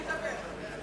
לדבר.